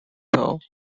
bills